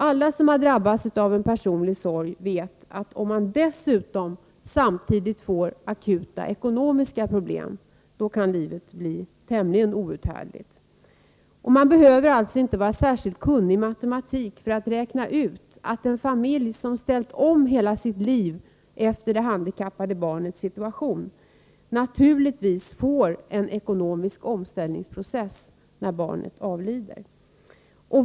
Alla som har drabbats av en personlig sorg vet att om man dessutom samtidigt får akuta ekonomiska problem, då kan livet bli tämligen outhärdligt. Man behöver alltså inte vara särskilt duktig i matematik för att räkna ut att en familj som har inrättat hela sitt liv efter det handikappade barnets situation naturligtvis får en ekonomisk omställningsprocess när barnet avlider.